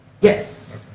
Yes